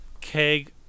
keg